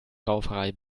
rauferei